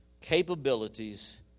capabilities